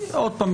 עוד פעם,